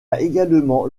également